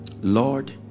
Lord